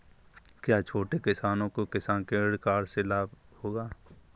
क्या छोटे किसानों को किसान क्रेडिट कार्ड से लाभ होगा?